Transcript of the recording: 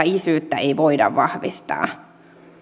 isyyttä ei voida vahvistaa